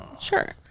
Sure